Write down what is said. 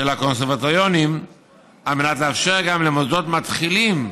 הקונסרבטוריונים על מנת לאפשר גם למוסדות מתחילים,